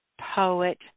Poet